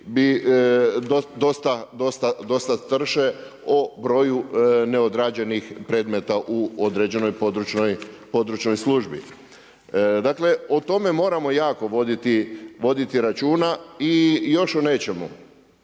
bi dosta strše o broju neodrađenih predmeta u određenoj područnoj službi. Dakle, o tome moramo jako voditi računa i još o nečemu.